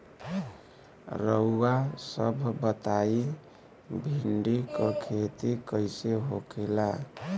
रउआ सभ बताई भिंडी क खेती कईसे होखेला?